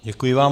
Děkuji vám.